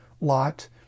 lot